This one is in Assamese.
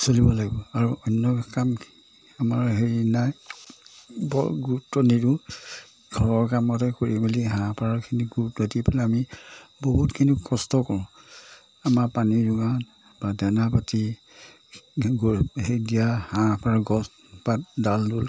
চলিব লাগিব আৰু অন্য কাম আমাৰ হেৰি নাই বৰ গুৰুত্ব নিদিওঁ ঘৰৰ কামতে কৰি মেলি হাঁহ পাৰখিনি গুৰুত্ব দি পেলাই আমি বহুতখিনি কষ্ট কৰোঁ আমাৰ পানী যোগান বা দানা পাতি গৰু হেৰি দিয়া হাঁহ পাৰ গছ পাত ডাল ডোল